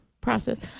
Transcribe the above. process